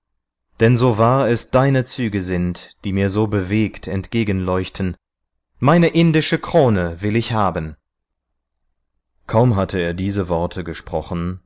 denn so wahr es deine züge sind die mir so bewegt entgegenleuchten meine indische krone will ich haben kaum hatte er diese worte gesprochen